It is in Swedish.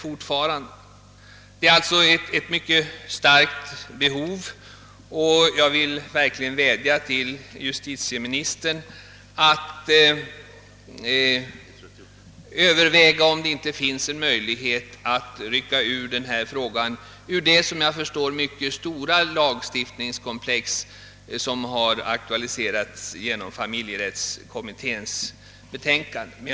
Behovet av en förändring är alltså mycket starkt, och jag vill verkligen vädja till justitieministern att överväga, om det inte finns en möjlighet att rycka ut denna fråga ur det som jag förstår mycket stora lagstiftningskomplex, som har aktualiserats genom familjerättskommitténs betänkande.